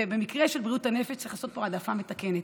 ובמקרה של בריאות הנפש צריך לעשות פה העדפה מתקנת.